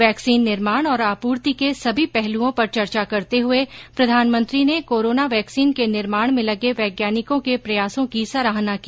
vaccine निर्माण और आपूर्ति के सभी पहलूओं पर चर्चा करते हुये प्रधानमंत्री ने कोरोना वैक्सिन के निर्माण में लगे वैज्ञानिकों के प्रयासों की सराहना की